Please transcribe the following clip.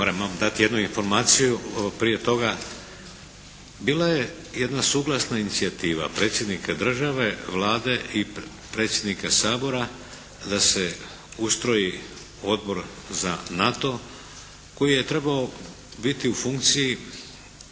vam dati jednu informaciju prije toga. Bila je jedna suglasna inicijativa Predsjednika Države, Vlade i predsjednika Sabora da se ustroji Odbor za NATO koji je trebao biti u funkciji